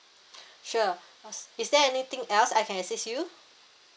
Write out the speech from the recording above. sure uh is there anything else I can assist you